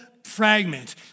fragment